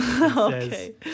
Okay